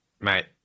Mate